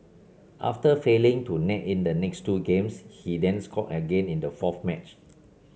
after failing to net in the next two games he then scored again in the fourth match